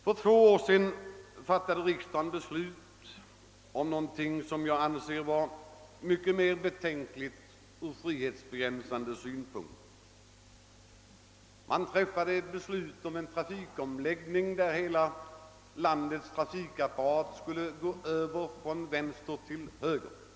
För två år sedan fattade riksdagen beslut om något som jag anser vara mycket mer betänkligt ur frihetsbegränsande synpunkt, nämligen en omläggning av hela landets trafikapparat från vänster till höger.